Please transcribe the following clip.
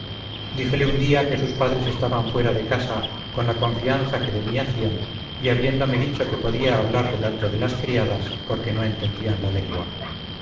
díjele un día que sus padres estaban fuera de casa con la confianza que de mí hacían y habiéndome dicho que podía hablar delante de las criadas porque no entendían la lengua